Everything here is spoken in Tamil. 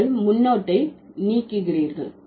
நீங்கள் முன்னொட்டை நீக்குகிறீர்கள்